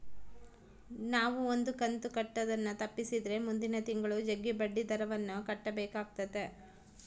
ನಾವು ಒಂದು ಕಂತು ಕಟ್ಟುದನ್ನ ತಪ್ಪಿಸಿದ್ರೆ ಮುಂದಿನ ತಿಂಗಳು ಜಗ್ಗಿ ಬಡ್ಡಿದರವನ್ನ ಕಟ್ಟಬೇಕಾತತೆ